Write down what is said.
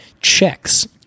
checks